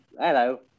hello